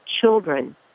children